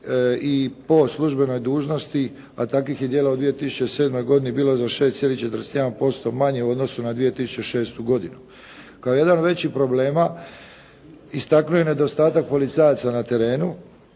i po službenoj dužnosti a takvih je djela u 2007. godini bilo za 6,41% manje u odnosu na 2006. godinu. Kao jedan od većih problema istaknuo je nedostatak policajaca na terenu